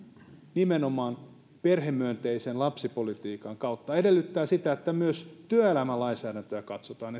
nimenomaan perhemyönteisen lapsipolitiikan kautta tämä edellyttää sitä että myös työelämän lainsäädäntöä katsotaan